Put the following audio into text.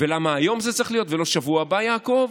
למה היום זה צריך להיות ולא בשבוע הבא, יעקב?